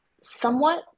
somewhat